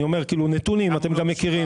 אני אומר כאילו נתונים, אתם גם מכירים.